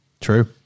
True